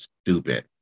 stupid